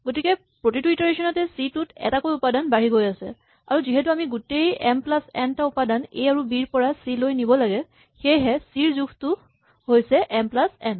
গতিকে প্ৰতিটো ইটাৰেচন তে চি টোত এটাকৈ উপাদান বাঢ়ি গৈ আছে আৰু যিহেতু আমি গোটেই এম প্লাচ এন টা উপাদান এ আৰু বি ৰ পৰা চি লৈ নিব লাগে সেয়েহে চি ৰ জোখটো হৈছে এম প্লাচ এন